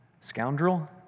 scoundrel